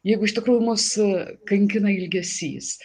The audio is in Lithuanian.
jeigu iš tikrųjų mus kankina ilgesys